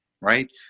right